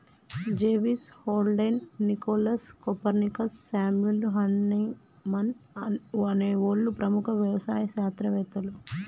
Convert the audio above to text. జెవిస్, Haldane, Nicolas, Copernicus, Samuel Hahnemann అనే ఓళ్ళు ప్రముఖ యవసాయ శాస్త్రవేతలు